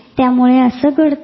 त्यामुळे असे घडते